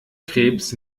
krebs